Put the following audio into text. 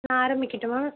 நான் ஆரம்மிக்கட்டுமா